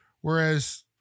whereas